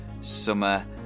summer